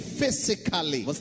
physically